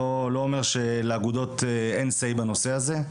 אני לא אומר שלאגודות אין אמירה בנושא הזה,